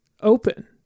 open